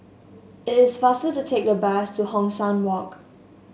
it is faster to take the bus to Hong San Walk